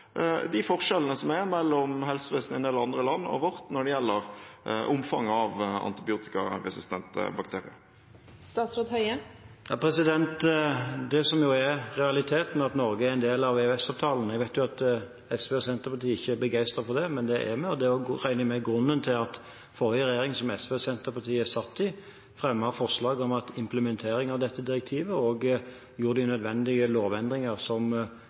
de forskjellene som er mellom helsevesenet i en del andre land og vårt, når det gjelder omfanget av antibiotikaresistente bakterier? Det som er realiteten, er at Norge er en del av EØS-avtalen. Jeg vet at SV og Senterpartiet ikke er begeistret for det, men det er vi, og det regner jeg med er grunnen til at forrige regjering – som SV og Senterpartiet satt i – fremmet forslag om implementering av dette direktivet og gjorde de nødvendige lovendringer som